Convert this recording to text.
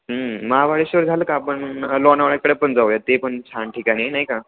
महाबळेश्वर झालं का आपण लोणावळ्याकडे पण जाऊया ते पण छान ठिकाण आहे नाही का